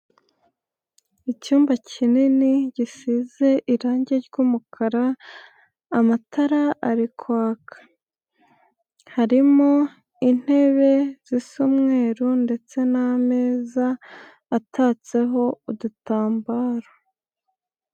Icyumba kinini, gisize irangi ry'umukara, amatara ari kwaka. Harimo intebe zisa umweru ndetse n'ameza, atatseho udutambaro.